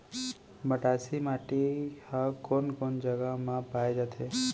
मटासी माटी हा कोन कोन जगह मा पाये जाथे?